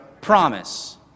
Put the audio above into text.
Promise